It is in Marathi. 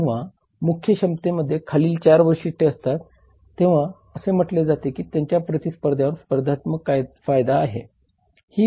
जेव्हा मुख्य क्षमतेमध्ये खालील चार वैशिष्ट्ये असतात तेव्हा असे म्हटले जाते की त्याच्या प्रतिस्पर्ध्यांवर स्पर्धात्मक फायदा आहे